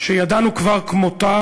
שידענו כבר כמותה